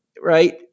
right